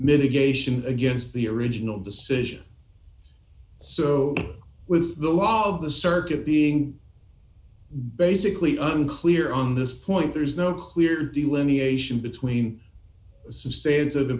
mitigation against the original decision so with the law of the circuit being basically unclear on this point there is no clear delineation between